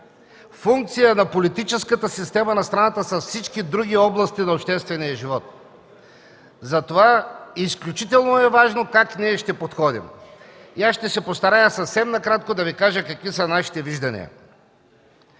Функция на политическата система на страната са всички други области на обществения живот. Затова е изключително важно как ще подходим. Ще се постарая съвсем накратко да Ви кажа какви са нашите виждания.